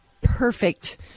perfect